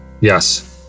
yes